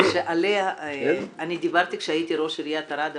-- שעליה אני דיברתי כשהייתי ראש עיריית ערד.